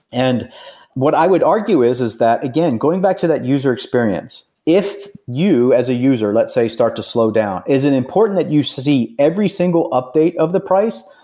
and what i would argue is is that again, going back to that user experience, if you as a user let's say start to slow down, is it important that you see every single update of the price,